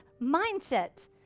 mindset